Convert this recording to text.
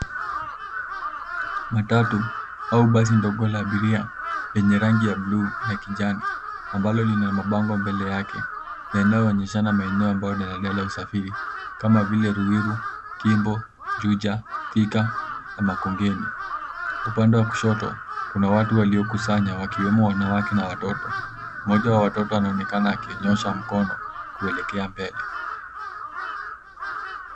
Matatu au basi ndogo la abiria lenye rangi ya bluu na kijani ambalo lina mabango mbele yake yanayoonyesha maeneo ya usafiri kama vile Ruiru, Kimbo, Juja, Thika na Makongeni. Upande wa kushoto kuna watu waliokusanya wakiwemo wanawake na watoto. Mmoja wa watoto anaonekana akinyoosha mkono kuelekea mbele.